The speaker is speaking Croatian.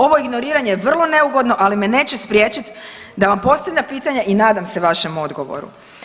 Ovo ignoriranje je vrlo neugodno, ali me neće spriječiti da vam postavljam pitanje i nadam se vašem odgovoru.